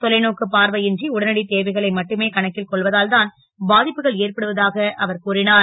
தொலைநோக்கு பார்வை ன்றி உடனடி தேவைகளை மட்டுமே கணக்கில் கொள்வதால் தான் பா ப்புகள் ஏற்படுவதாக அவர் கூறினார்